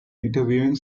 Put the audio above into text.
interviewing